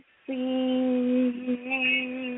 see